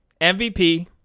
MVP